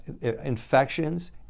infections